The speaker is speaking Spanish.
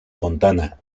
fontana